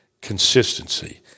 consistency